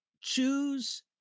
choose